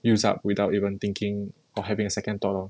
use up without even thinking or having a second thought lor